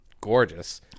gorgeous